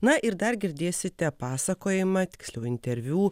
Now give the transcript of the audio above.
na ir dar girdėsite pasakojamą tiksliau interviu